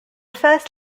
first